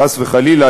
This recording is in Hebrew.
חס וחלילה,